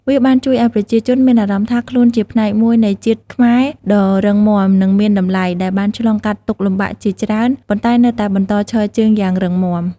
វាបានជួយឲ្យប្រជាជនមានអារម្មណ៍ថាខ្លួនជាផ្នែកមួយនៃ ជាតិខ្មែរដ៏រឹងមាំ និងមានតម្លៃ ដែលបានឆ្លងកាត់ទុក្ខលំបាកជាច្រើន ប៉ុន្តែនៅតែបន្តឈរជើងយ៉ាងរឹងមាំ។